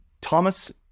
Thomas